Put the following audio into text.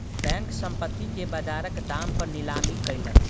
bank, संपत्ति के बजारक दाम पर नीलामी कयलक